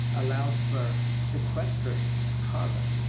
allows for sequestering carbon